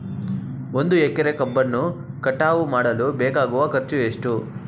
ಒಂದು ಎಕರೆ ಕಬ್ಬನ್ನು ಕಟಾವು ಮಾಡಲು ಬೇಕಾಗುವ ಖರ್ಚು ಎಷ್ಟು?